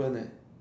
~quent leh